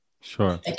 Sure